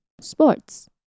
sports